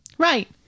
right